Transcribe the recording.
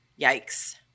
Yikes